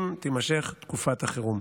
אם תימשך תקופת החירום.